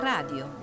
Radio